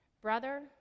Brother